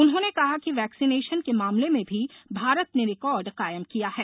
उन्होंने कहा कि वैक्सीनेशन के मामले में भी भारत ने रिकॉर्ड कायम किया है